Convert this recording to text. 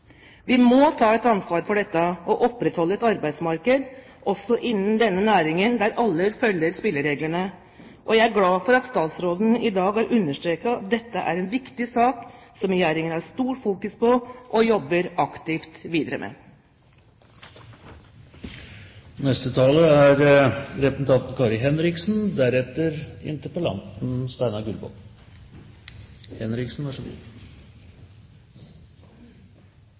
Vi må ta ansvar for dette og opprettholde et arbeidsmarked også innen denne næringen, der alle følger spillereglene. Og jeg er glad for at statsråden i dag har understreket at dette er en viktig sak som Regjeringen fokuserer mye på og jobber aktivt videre